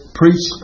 preach